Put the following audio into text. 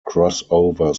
crossover